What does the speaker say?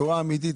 בשורה אמיתית,